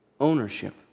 ownership